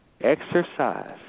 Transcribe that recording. exercise